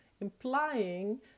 Implying